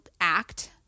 act